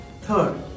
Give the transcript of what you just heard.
Third